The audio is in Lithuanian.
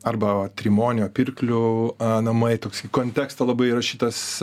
arba trimonio pirklių namai toks į kontekstą labai įrašytas